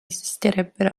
esisterebbe